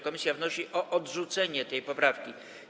Komisja wnosi o odrzucenie tej poprawki.